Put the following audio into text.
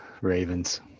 Ravens